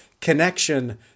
connection